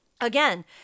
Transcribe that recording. Again